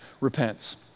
repents